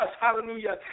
hallelujah